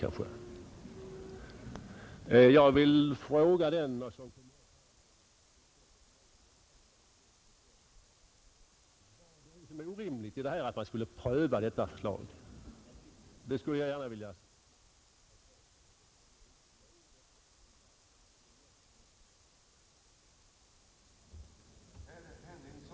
Jag vill fråga den ledamot som skall tala för utskottet, med eller utan manuskript, vad som är orimligt i att man skulle pröva detta förslag. Det skulle jag gärna vilja ha ett besked om, för i betänkandet framförs som sagt inte något som helst argument mot förslaget.